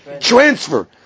transfer